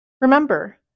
Remember